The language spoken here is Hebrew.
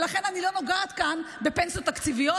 ולכן אני לא נוגעת כאן בפנסיות תקציביות,